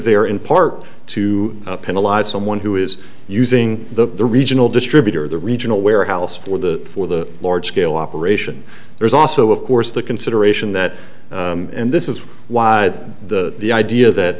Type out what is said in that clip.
there in part to penalize someone who is using the regional distributor the regional warehouse for the for the large scale operation there's also of course the consideration that and this is why the the idea that